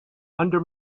under